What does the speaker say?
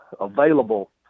available